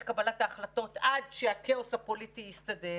קבלת ההחלטות עד שהכאוס הפוליטי יסתדר.